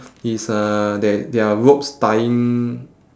is uh there there are ropes tying